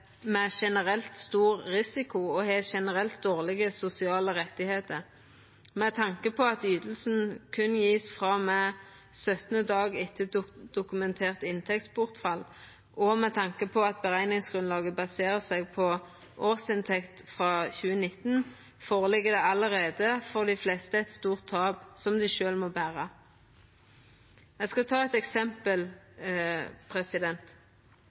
med generelt stor risiko og har generelt dårlege sosiale rettar. Med tanke på at løyvinga berre vert gjeve frå og med 17. dag etter dokumentert inntektsbortfall, og med tanke på at berekningsgrunnlaget baserer seg på årsinntekt frå 2019, ligg det for dei fleste allereie føre eit stort tap som dei må bera sjølve. Eg skal ta eit eksempel: